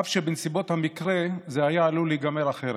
אף שבנסיבות המקרה זה היה עלול להיגמר אחרת.